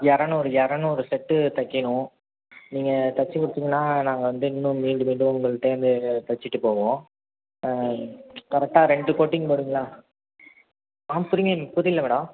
இரநூறு இரநூறு செட்டு தைக்கிணும் நீங்கள் தச்சு கொடுத்தீங்கன்னா நாங்கள் வந்து இன்னும் மீண்டும் மீண்டும் உங்கள்கிட்ட இருந்து தச்சிவிட்டு போவோம் ஆ கரெக்டாக ரெண்டு கோட்டிங் வருங்களா ஆ புரியல மேடம்